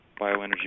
bioenergy